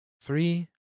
three